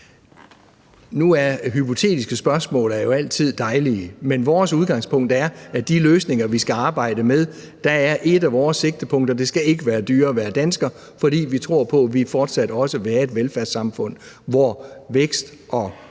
Nu er hypotetiske spørgsmål jo altid dejlige, men vores udgangspunkt er, når det drejer sig om de løsninger, vi skal arbejde med, at et af vores sigtepunkter er, at det ikke skal være dyrere at være dansker. For vi tror også på, at vi fortsat vil have et velfærdssamfund, hvor vækst og